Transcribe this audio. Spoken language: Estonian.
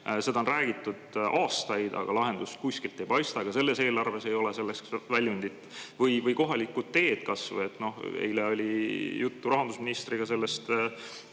Sellest on räägitud aastaid, aga lahendust kuskilt ei paista. Ka selles eelarves ei ole selleks väljundit. Või kohalikud teed kas või – eile oli juttu rahandusministriga